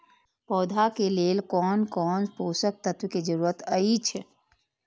पौधा के लेल कोन कोन पोषक तत्व के जरूरत अइछ?